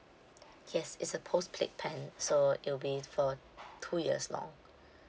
yes it's a postpaid plan so it'll be for two years long